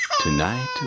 Tonight